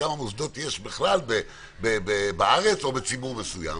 כמה מוסדות יש בכלל בארץ או בציבור מסוים.